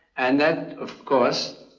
and that of course